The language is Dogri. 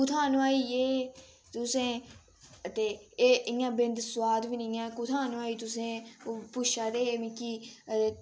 कुत्थां नोआई एह् तुसें ते एह् इयां बिंद सोआद बी नी ऐ कुत्थां नोआई तुसें ओह् पुच्छा दे हे मिकी